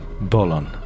Bolon